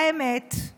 והאמת היא